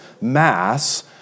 mass